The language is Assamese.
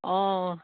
অঁ